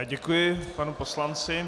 Děkuji panu poslanci.